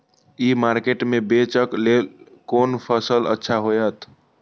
ई market में बेचेक लेल कोन फसल अच्छा होयत?